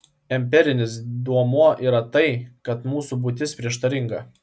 empirinis duomuo yra tai kad mūsų būtis prieštaringa